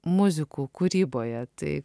muzikų kūryboje tai